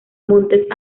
montes